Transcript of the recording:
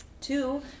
Two